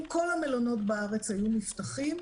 אם כל המלונות בארץ היו נפתחים,